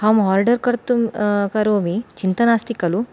अहम् ओर्डर् कर्तुम् करोमि चिन्ता नास्ति खलु